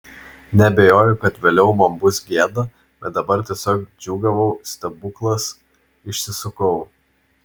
neabejojau kad vėliau man bus gėda bet dabar tiesiog džiūgavau stebuklas išsisukau